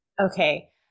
Okay